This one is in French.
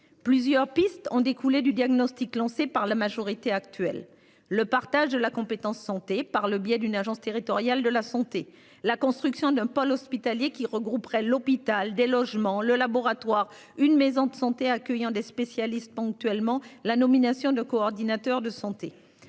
Plusieurs pistes ont découlé du diagnostic lancée par la majorité actuelle. Le partage de la compétence santé par le biais d'une agence territoriale de la santé, la construction d'un pôle hospitalier qui regrouperait l'hôpital des logements le laboratoire. Une maison de santé accueillant des spécialistes ponctuellement la nomination de coordinateur de santé.